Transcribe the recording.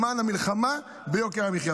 למען המלחמה ביוקר המחיה.